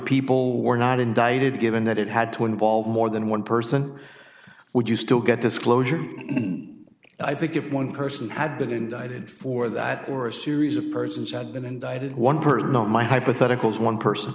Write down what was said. people were not indicted given that it had to involve more than one person would you still get disclosure i think if one person had been indicted for that or a series of persons had been indicted one person on my hypotheticals one person